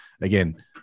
again